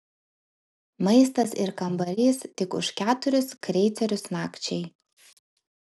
maistas ir kambarys tik už keturis kreicerius nakčiai